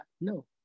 No